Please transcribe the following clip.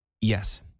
Yes